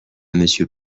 monsieur